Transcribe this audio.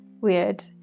weird